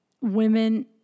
women